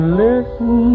listen